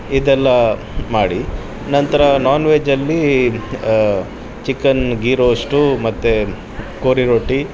ಇದೆಲ್ಲ ಮಾಡಿ ನಂತರ ನಾನ್ ವೆಜಲ್ಲಿ ಚಿಕನ್ ಗೀ ರೋಸ್ಟು ಮತ್ತೆ ಕೋರಿ ರೊಟ್ಟಿ